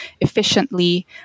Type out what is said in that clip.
efficiently